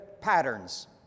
patterns